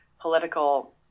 political